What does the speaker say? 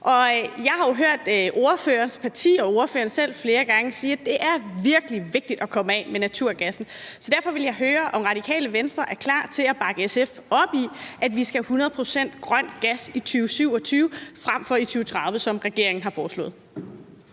gange hørt ordførerens parti og ordføreren selv sige, at det er virkelig vigtigt at komme af med naturgassen. Så derfor vil jeg høre, om Radikale Venstre er klar til at bakke SF op i, at vi skal have 100 pct. grøn gas i 2027 frem for i 2030, som regeringen har foreslået.